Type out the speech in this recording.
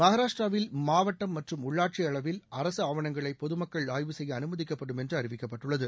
மகாராஷ்டிராவில் மாவட்டம் மற்றும் உள்ளாட்சி அளவில் அரசு ஆவணங்களை பொதுமக்கள் ஆய்வு செய்ய அனுமதிக்கப்படும் என்று அறிவிக்கப்பட்டுள்ளது